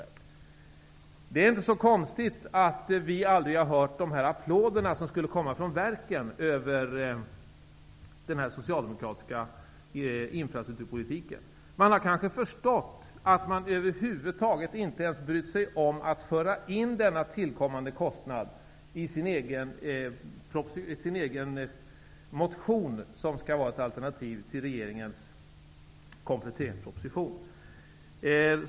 Det är inte så konstigt att vi aldrig har hört de applåder som skulle komma från verken för den socialdemokratiska infrastrukturpolitiken. De har kanske förstått att man över huvud taget inte har brytt sig om att föra in denna tillkommande kostnad i sin egen motion, som skall vara ett alternativ till regeringens kompletteringsproposition.